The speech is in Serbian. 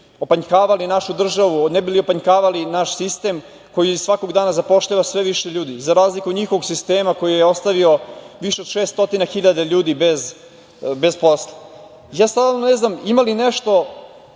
opanjkavali našu državu, ne bi li opanjkavali naš sistem koji svakog dana zapošljava sve više ljudi za razliku od njihovog sistema koji je ostavio više od 600.000 ljudi bez posla. Stvarno ne znam, ima li nešto